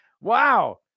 Wow